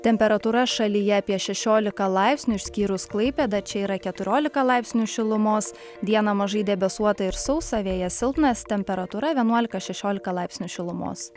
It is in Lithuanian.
temperatūra šalyje apie šešiolika laipsnių išskyrus klaipėdą čia yra keturiolika laipsnių šilumos dieną mažai debesuota ir sausa vėjas silpnas temperatūra vienuolika šešiolika laipsnių šilumos